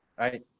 right.